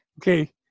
Okay